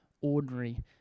ordinary